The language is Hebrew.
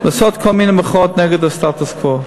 לעשות כל מיני מחאות נגד הסטטוס-קוו?